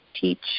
teach